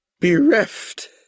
Bereft